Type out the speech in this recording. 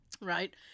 Right